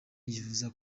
yifuza